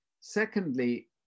Secondly